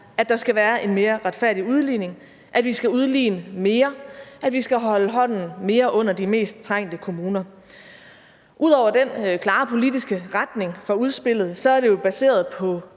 at der skal være en mere retfærdig udligning, at vi skal udligne mere, og at vi skal holde hånden mere under de mest trængte kommuner. Ud over den klare politiske retning for udspillet er det jo baseret på